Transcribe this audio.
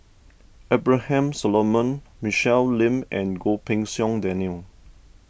Abraham Solomon Michelle Lim and Goh Pei Siong Daniel